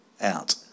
out